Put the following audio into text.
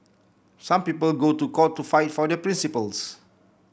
some people go to court to fight for their principles